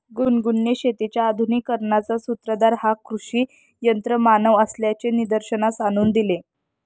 गुनगुनने शेतीच्या आधुनिकीकरणाचा सूत्रधार हा कृषी यंत्रमानव असल्याचे निदर्शनास आणून दिले